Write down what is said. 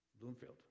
Bloomfield